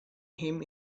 him